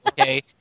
okay